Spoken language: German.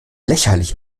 lächerlich